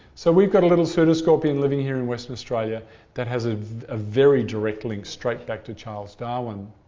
so we've got a little pseudoscorpion living here in western australia that has ah a very direct link straight back to charles darwin.